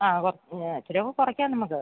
ആ ഇത്തിരി കുറയ്ക്കാം നമുക്ക്